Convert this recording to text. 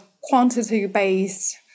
quantity-based